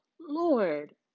Lord